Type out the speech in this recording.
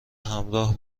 همراه